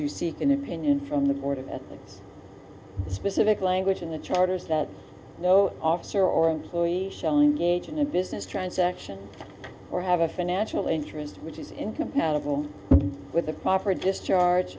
you seek an opinion from the board of a specific language in the charters that no officer or employee shown gauge in a business transaction or have a financial interest which is incompatible with the proper discharge